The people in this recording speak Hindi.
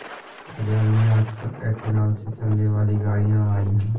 बाज़ार में आजकल एथेनॉल से चलने वाली गाड़ियां आई है